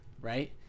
right